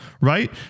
Right